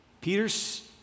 Peter's